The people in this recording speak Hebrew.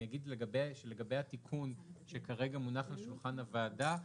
אני אגיד לגבי התיקון שכרגע מונח על שולחן הוועדה,